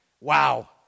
Wow